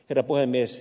herra puhemies